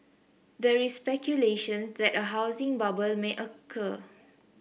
there is speculation that a housing bubble may occur